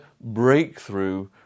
breakthrough